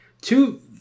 two